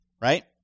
right